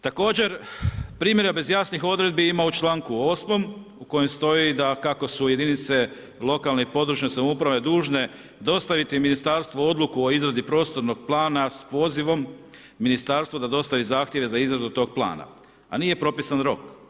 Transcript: Također primjera bez jasnih odredbi ima u članku 8. u kojem stoji da kako su jedinice lokalne i područne samouprave dužne dostaviti ministarstvu odluku o izradi prostornog plana s pozivom ministarstvu da dostavi zahtjeve za izradu tog plana, a nije propisan rok.